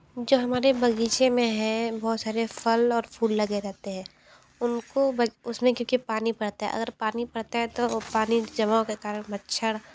जो हमारे बगीचे में है बहुत सारे फल और फूल लगे रहते हैं उनको उसमें क्योंकि पानी पड़ता है अगर पानी पड़ता है तो वो पानी जमाव के कारण मच्छर